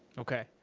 okay.